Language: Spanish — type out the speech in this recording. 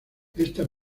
esta